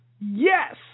yes